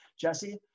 Jesse